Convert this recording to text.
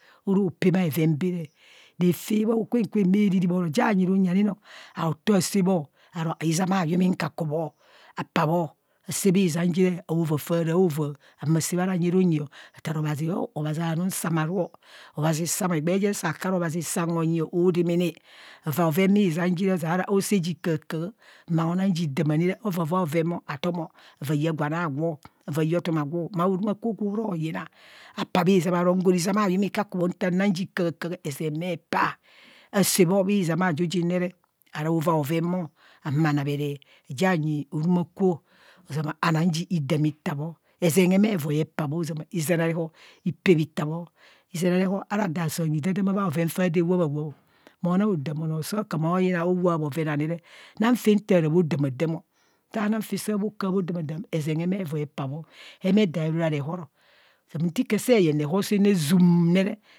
Oro pem bheven bạạ re. re fe bho kwen kwenbhạạ riri bho ro jieng nyi runyi ani no aotọọ asạạ bho aro izam ajum inkakubho, apaa bho asạạ bhizam ji re aova faraovaa. ahumo asaa bho ra nyi ru nyi o, atạạ obhazi anum samaru o obhazi sam o, egbee jem saa ku ara obhazi sam honyio oodamana avaa bhoven bhizam ji re ozeara aosa ji kahạkạhạ mao nang ji dama nire avavaa bhoven bho atomo ạyạ gwan a agwo, avaaya otumagwo maa horumakwo gwo rạạ yina, apaa bhizam aro ngo izam ayum ikaku bho nta nang jė kạhạkạhạ ezen bhe paa. Asaa bho bhizam aaju jin nere ara aova bhoven bho ahumo anamere ajieg anyi horuma kwo, ozama anong ji idam itaa bho ezen heme voi epaa bho, ozama izem a reho ipe ita bho. Izen aarewo ara ado asam hidadama bhaoven faa do awap awap ọ monang odan onọọ saa kan ao yina aowap bhoven ani re nang fe ntara bho damaoam ọ, saa nang fa saa bha kaha bho damadam ezen hemeevoe epaa bho, heemedaa ero ora rehoro nti ka esee yeng reho sanne zuum re re